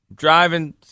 driving